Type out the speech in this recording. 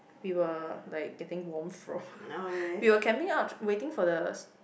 we were like getting warm from we were camping out waiting for the